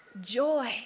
joy